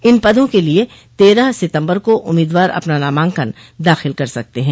इन पदों के लिए तेरह सितम्बर को उम्मीदवार अपना नामांकन दाखिल कर सकते है